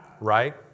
Right